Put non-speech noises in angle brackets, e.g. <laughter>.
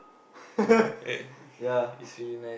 <laughs> ya